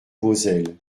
vauzelles